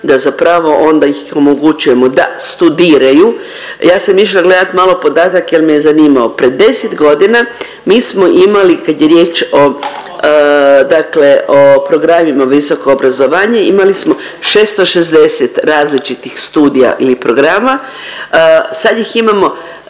da zapravo onda ih omogućujemo da studiraju, a ja sam išla gledati malo podatak jer me je zanimao. Pred 10 godina mi smo imali kad je riječ o dakle o programima visoko obrazovanje imali smo 660 različitih studija i programa, sad imamo